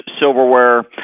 silverware